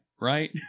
right